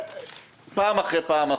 פעם אחרי פעם.